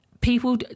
people